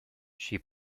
she